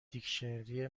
دیکشنری